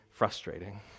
Frustrating